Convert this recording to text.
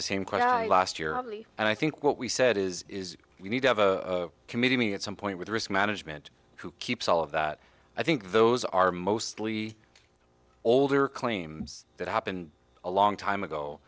question last year and i think what we said is is we need to have a committee me at some point with risk management who keeps all of that i think those are mostly older claims that happened a long time ago